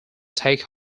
take